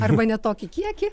arba ne tokį kiekį